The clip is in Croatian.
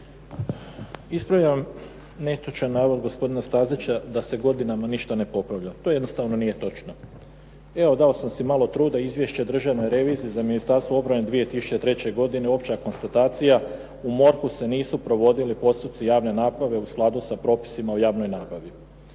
Ispravljam netočan navod gospodina Stazića da se godinama ništa ne popravlja. To jednostavno nije točno. Evo, dao sam si malo truda, izvješća državnoj reviziji za Ministarstvo obrane 2003. godine opća konstatacija, u MORH-u se nisu provodili postupci javne nabave u skladu sa propisima u javnoj nabavi.